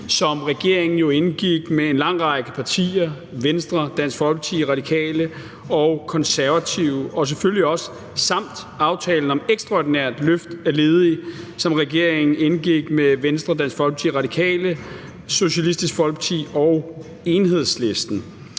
som regeringen jo indgik med en lang række partier, Venstre, Dansk Folkeparti, Radikale og Konservative, samt aftalen om ekstraordinært løft af ledige, som regeringen indgik med Venstre, Dansk Folkeparti, Radikale, Socialistisk Folkeparti og Enhedslisten.